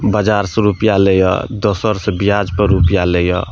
बजारसँ रुपिआ लै यऽ दोसरसँ बिआज पर रुपिआ लै यऽ